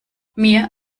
mir